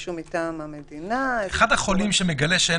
אולי מישהו מטעם המדינה --- חולה שמגלה שאין